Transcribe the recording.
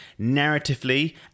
narratively